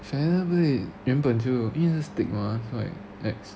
celebrate 原本就因为是 steak mah so like ex~